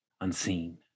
unseen